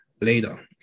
later